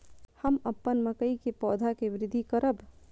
हम अपन मकई के पौधा के वृद्धि करब?